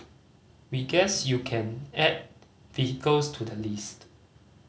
we guess you can add vehicles to the list